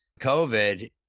COVID